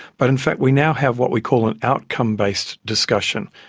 but in fact we now have what we call an outcome based discussion,